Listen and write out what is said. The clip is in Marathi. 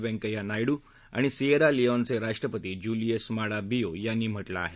वैंकय्या नायडू आणि सियेरा लियोनचे राष्ट्रपती जूलियस माडा बियो यांनी म्हटलं आहे